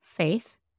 Faith